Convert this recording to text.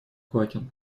квакин